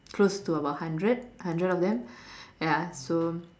close to about hundred hundred of them ya so